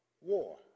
war